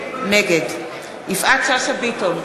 נגד יפעת שאשא ביטון,